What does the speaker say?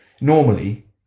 Normally